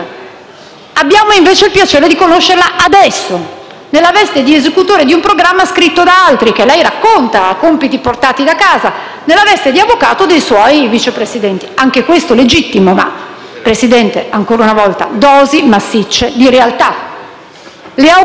Abbiamo invece il piacere di conoscerla adesso, nella veste di esecutore di un programma scritto da altri, che lei racconta (ha i compiti portati da casa) nella veste di avvocato dei suoi Vice Presidenti; anche questo legittimo, ma Presidente, glielo dico ancora una volta: dosi massicce di realtà. Le auguriamo buon lavoro